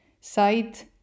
site